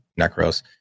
necros